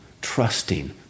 trusting